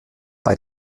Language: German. bei